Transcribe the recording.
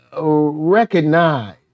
recognize